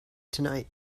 tonight